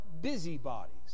busybodies